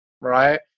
right